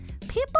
People